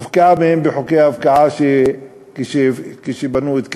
הופקעה מהם בחוקי הפקעה כשבנו את כרמיאל.